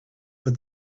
but